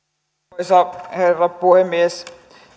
arvoisa herra puhemies